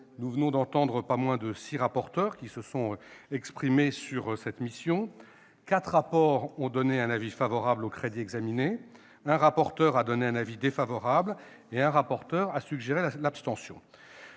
Nous venons d'entendre pas moins de six rapporteurs qui se sont exprimés sur cette mission. Quatre rapporteurs ont exprimé un avis favorable aux crédits examinés, un rapporteur un avis défavorable, et un a suggéré l'abstention.